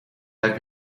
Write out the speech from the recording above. have